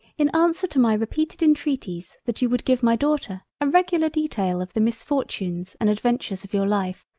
in answer to my repeated intreaties that you would give my daughter a regular detail of the misfortunes and adventures of your life,